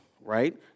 right